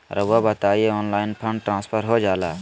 रहुआ बताइए online fund transfer हो जाला?